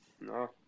No